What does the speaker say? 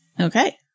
Okay